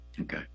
Okay